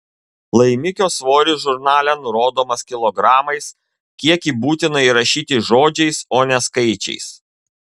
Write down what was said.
laimikio svoris žurnale nurodomas kilogramais kiekį būtina įrašyti žodžiais o ne skaičiais